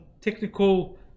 technical